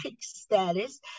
status